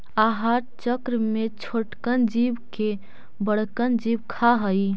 आहार चक्र में छोटकन जीव के बड़कन जीव खा हई